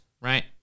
right